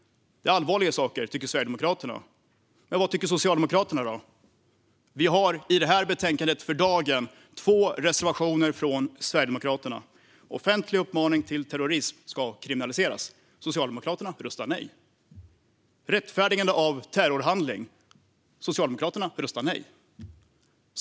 Det är allvarliga saker, tycker Sverigedemokraterna. Men vad tycker Socialdemokraterna? Vi har i betänkandet två reservationer från Sverigedemokraterna. Den ena gäller att offentlig uppmaning till terrorism ska kriminaliseras. Socialdemokraterna röstar nej. Den andra gäller rättfärdigande av terrorhandling. Socialdemokraterna röstar nej.